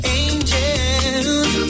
angels